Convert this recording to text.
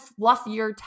fluffier